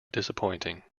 disappointing